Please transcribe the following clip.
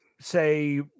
say